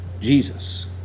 Jesus